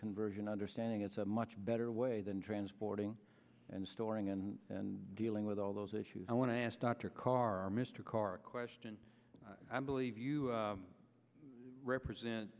conversion understanding it's a much better way than transporting and storing and and dealing with all those issues i want to ask dr carr mr carr a question i believe you represent